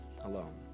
alone